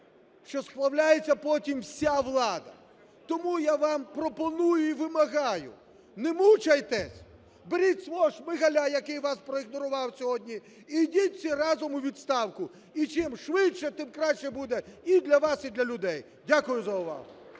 Що сплавляється потім вся влада. Тому я вам пропоную і вимагаю: не мучайтесь, беріть свого Шмигаля, який вас проігнорував сьогодні, і йдіть всі разом у відставку, і чим швидше, тим краще буде і для вас, і для людей. Дякую за увагу.